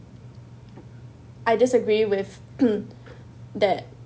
I disagree with that